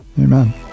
amen